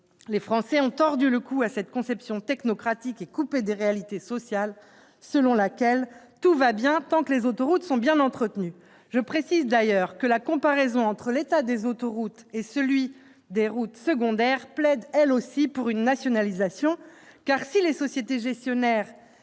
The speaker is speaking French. les Français ont tordu le cou à cette conception technocratique et coupée des réalités sociales selon laquelle tout va bien tant que les autoroutes sont bien entretenues. Je précise d'ailleurs que la comparaison entre l'état des autoroutes et celui des routes secondaires plaide, elle aussi, pour la nationalisation. En effet, si les sociétés gestionnaires